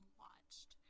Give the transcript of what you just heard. watched